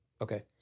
Okay